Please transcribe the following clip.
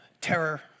Terror